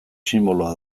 sinboloa